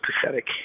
pathetic